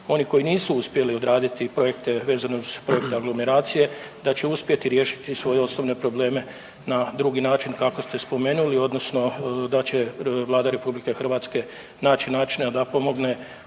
oni koji nisu uspjeli odraditi projekte vezano uz projekt aglomeracije da će uspjeti riješiti svoje osnovne probleme na drugi način kako ste spomenuli odnosno da će Vlada RH naći načina da pomogne